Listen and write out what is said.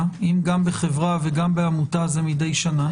- אם גם בחברה וגם בעמותה זה מדי שנה?